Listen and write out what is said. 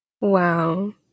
Wow